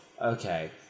Okay